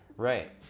Right